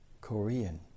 korean